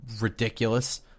ridiculous